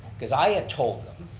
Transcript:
cause i have told them,